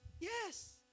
Yes